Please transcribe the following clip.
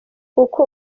uko